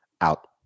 Out